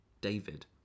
David